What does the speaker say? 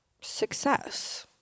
success